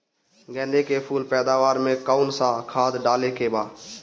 गेदे के फूल पैदवार मे काउन् सा खाद डाले के बा?